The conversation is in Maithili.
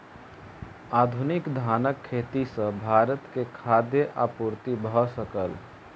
आधुनिक धानक खेती सॅ भारत के खाद्य आपूर्ति भ सकल